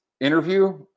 interview